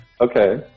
Okay